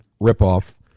ripoff